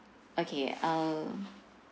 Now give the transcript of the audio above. okay uh